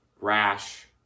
rash